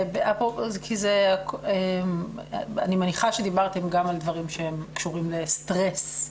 אני מניחה שדיברתם גם על דברים שקשורים לסטרס,